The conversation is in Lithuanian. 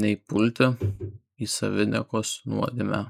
nei pulti į saviniekos nuodėmę